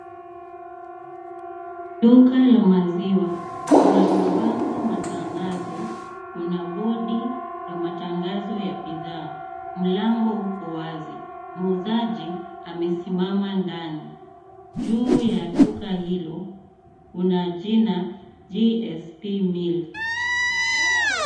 Duka la maziwa. Kuna mabango, matangazo. Kuna bodi ya matangazo ya bidhaa. mlango upo uwazi muuzaji amesimama ndani. Juu ya duka hilo kuna jina j s p milk